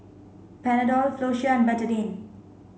Panadol Floxia and Betadine